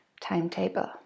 timetable